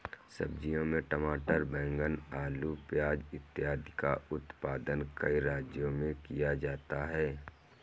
सब्जियों में टमाटर, बैंगन, आलू, प्याज इत्यादि का उत्पादन कई राज्यों में किया जाता है